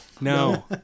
no